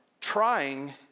Trying